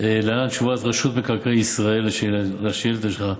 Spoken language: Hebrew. להלן תשובת רשות מקרקעי ישראל על השאילתה שלך: